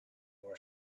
where